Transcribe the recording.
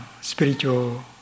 spiritual